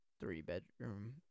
three-bedroom